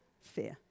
fear